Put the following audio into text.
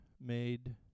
made